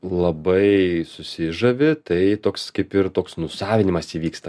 labai susižavi tai toks kaip ir toks nusavinimas įvyksta